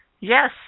Yes